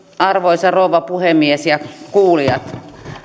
arvoisa rouva puhemies ja arvoisat kuulijat